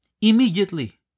Immediately